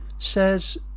says